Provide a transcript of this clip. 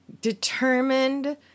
determined